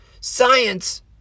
science